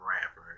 rapper